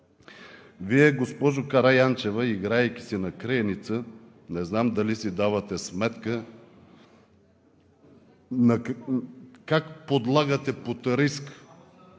Вие, госпожо Караянчева, играейки си на криеница, не знам дали си давате сметка как подлагате на риск